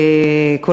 תודה רבה לך,